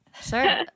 sure